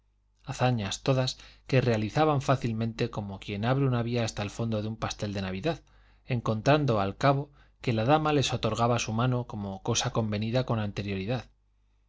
hazañas todas que realizaban tan fácilmente como quien abre una vía hasta el fondo de un pastel de navidad encontrando al cabo que la dama les otorgaba su mano como cosa convenida con anterioridad